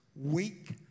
weak